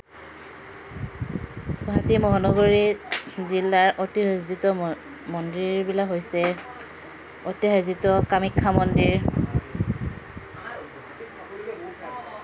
গুৱাহাটী মহানগৰীত জিলাৰ ঐতিহাসিক মন্দিৰবিলাক হৈছে ঐতিহাসিক কামাখ্যা মন্দিৰ